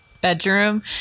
bedroom